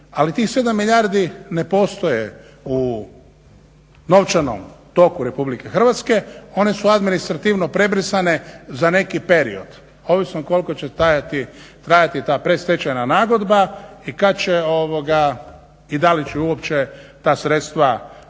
Ali tih 7 milijardi ne postoje u novčanom toku RH one su administrativno prebrisane za nekih period, ovisno koliko će trajati ta predstečajna nagodba i da li će uopće ta sredstva početi